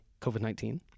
COVID-19